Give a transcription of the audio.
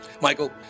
Michael